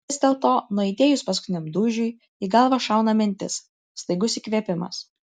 vis dėlto nuaidėjus paskutiniam dūžiui į galvą šauna mintis staigus įkvėpimas